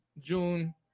June